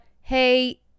hey